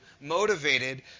motivated